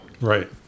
Right